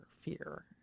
fear